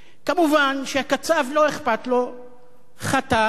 כמובן שהקצב לא אכפת לו, חתך,